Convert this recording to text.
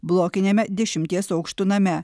blokiniame dešimties aukštų name